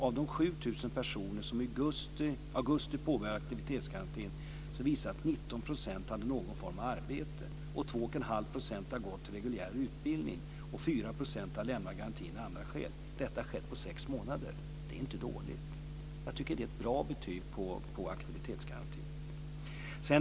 Av de 7 000 personer som i augusti påbörjade aktivitetsgarantin visade det sig, som jag sade, i februari i år att 19 % hade någon form av arbete, 2,5 % hade gått till reguljär utbildning och 4 % har lämnat garantin av andra skäl. Detta har alltså skett på sex månader. Det är inte dåligt! Jag tycker att det är ett bra betyg på aktivitetsgarantin.